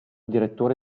direttore